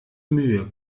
mühe